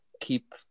keep